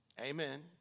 Amen